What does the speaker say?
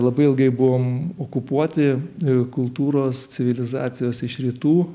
labai ilgai buvom okupuoti kultūros civilizacijos iš rytų